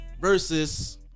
versus